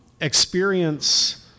Experience